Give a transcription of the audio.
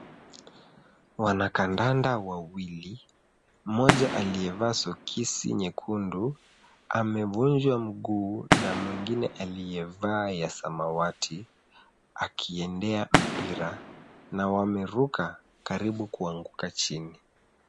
Wanakandanda wawili, mmoja aliyevaa soksi nyekundu amevunjwa mguu na mwingine aliyevaa ya samawati akiendea mpira na wameruka karibu kuanguka chini.